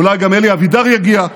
אולי גם אלי אבידר יגיע.